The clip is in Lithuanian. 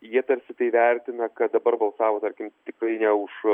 jie tarsi tai vertina kad dabar balsavo tarkim tikrai ne už